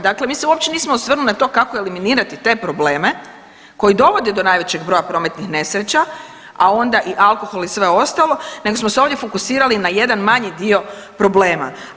Dakle, mi se uopće nismo osvrnuli na to kako eliminirati te probleme koji dovode do najvećeg broja prometnih nesreća, a onda i alkohol i sve ostalo nego smo se ovdje fokusirali na jedan manji dio problema.